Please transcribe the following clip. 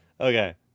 Okay